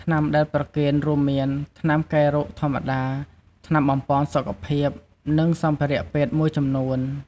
ថ្នាំដែលប្រគេនរួមមាន ថ្នាំកែរោគធម្មតា ថ្នាំបំប៉នសុខភាព និងសម្ភារៈពេទ្យមួយចំនួន។